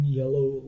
yellow